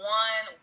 one